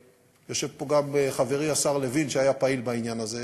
יושב פה גם חברי השר לוין, שהיה פעיל בעניין הזה,